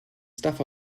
stuff